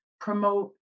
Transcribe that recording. promote